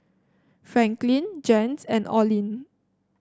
Franklin Jens and Oline